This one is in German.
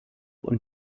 und